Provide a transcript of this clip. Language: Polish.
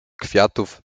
kwiatów